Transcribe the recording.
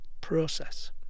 process